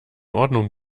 ordnung